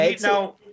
now